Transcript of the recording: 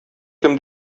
кем